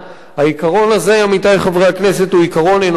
העיקרון הזה, עמיתי חברי הכנסת, הוא עיקרון אנושי,